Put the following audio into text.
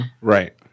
right